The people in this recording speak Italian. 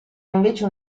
invece